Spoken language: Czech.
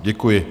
Děkuji.